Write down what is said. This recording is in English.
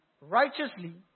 righteously